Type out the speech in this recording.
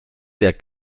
der